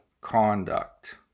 conduct